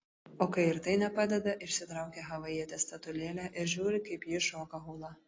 o kai ir tai nepadeda išsitraukia havajietės statulėlę ir žiūri kaip ji šoka hulą